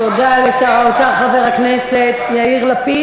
תודה לשר האוצר, חבר הכנסת יאיר לפיד.